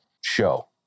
show